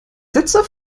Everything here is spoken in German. sätze